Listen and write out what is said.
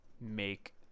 make